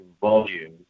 volume